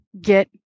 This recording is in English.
get